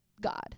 God